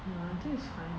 ya that is fine